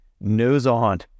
nose-on